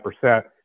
percent